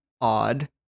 odd